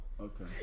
Okay